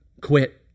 quit